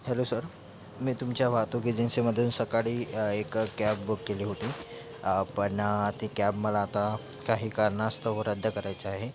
hello sir मी तुमच्या वाहतूक एजन्सीमधून सकाळी एक कॅब बुक केली होती पण ती कॅब मला आता काही कारणास्तव रद्द करायचे आहे